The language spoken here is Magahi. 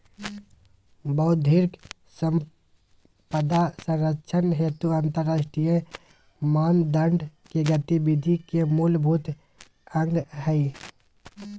बौद्धिक संपदा संरक्षण हेतु अंतरराष्ट्रीय मानदंड के गतिविधि के मूलभूत अंग हइ